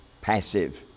passive